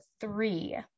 three